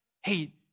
hey